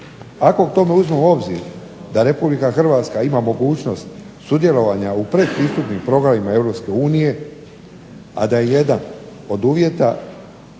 Ako k tome uzmemo u obzir da RH ima mogućnost sudjelovanja u predpristupnim programima EU a da je jedan od uvjeta